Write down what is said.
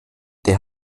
der